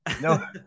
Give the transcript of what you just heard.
no